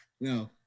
No